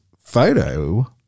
photo